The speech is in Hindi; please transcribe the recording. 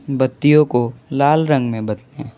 बत्तियों को लाल रंग में बदलें